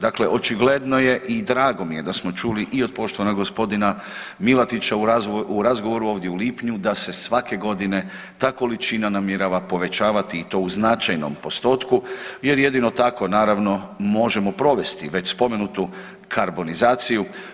Dakle, očigledno je i drago mi je da smo čuli i od poštovanog gospodina Milatića u razgovoru ovdje u lipnju da se svake godine ta količina namjerava povećavati i to u značajnom postotku jer jedino tako naravno možemo provesti već spomenutu karbonizaciju.